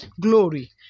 Glory